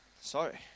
Sorry